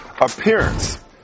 appearance